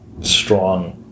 strong